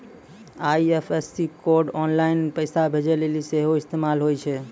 IFSC code online पैसा भेजै लेली सेहो इस्तेमाल होय छै